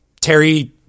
Terry